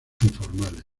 informales